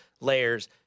layers